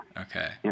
Okay